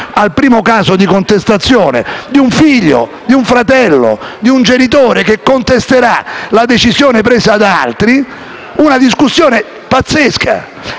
al primo caso di contestazione di un figlio, di un fratello o di un genitore che contesterà una decisione presa da altri, una discussione pazzesca,